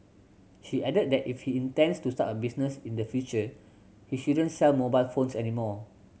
she added that if he intends to start a business in the future he shouldn't sell mobile phones any more